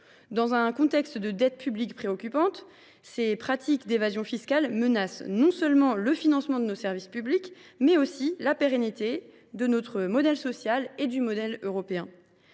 Dans un contexte de dette publique préoccupante, ces pratiques d’évasion fiscale menacent non seulement le financement de nos services publics, mais aussi la pérennité même de notre modèle social et du modèle européen.